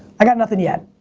i got nothing yet.